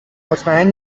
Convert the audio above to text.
مطمئن